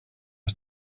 are